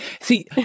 See